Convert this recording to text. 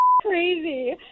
Crazy